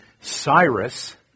Cyrus